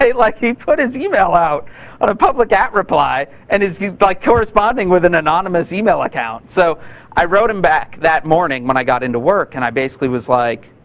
ah like, he put his email out on a public at reply and he's like corresponding with an anonymous email account. so i wrote him back that morning when i got into work and i basically was like,